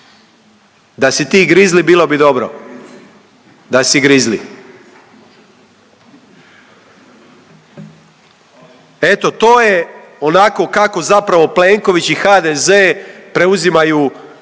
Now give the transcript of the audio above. Da si ti Grizli bilo bi dobro da si Grizli. Eto to je onako kako zapravo Plenković i HDZ preuzimaju